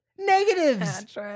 Negatives